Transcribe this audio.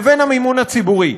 לבין המימון הציבורי.